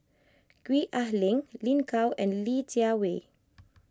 Gwee Ah Leng Lin Gao and Li Jiawei